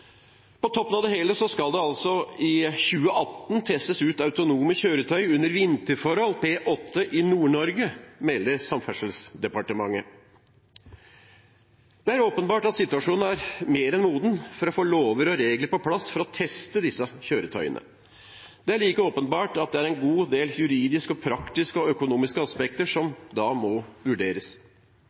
På toppen av det hele skal det i 2018 testes ut autonome kjøretøy under vinterforhold på E8 i Nord-Norge, melder Samferdselsdepartementet. Det er åpenbart at situasjonen er mer enn moden for å få lover og regler på plass for å teste disse kjøretøyene. Det er like åpenbart at det er en god del juridiske, praktiske og økonomiske aspekter som da må vurderes.